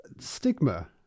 Stigma